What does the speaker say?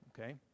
Okay